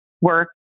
work